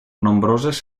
nombroses